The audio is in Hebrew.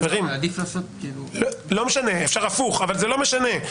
אפשר הפוך אבל זה לא משנה.